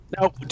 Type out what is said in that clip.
Now